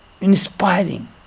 inspiring